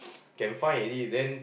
can find already then